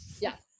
Yes